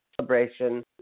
celebration